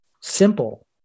simple